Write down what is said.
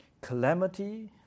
calamity